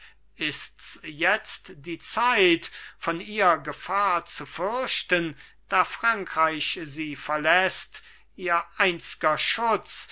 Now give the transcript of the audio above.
ist's jetzt die zeit von ihr gefahr zu fürchten da frankreich sie verläßt ihr einz'ger schutz